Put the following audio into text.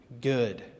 good